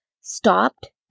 stopped